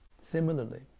Similarly